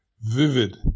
vivid